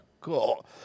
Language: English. Cool